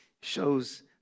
Shows